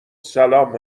سلام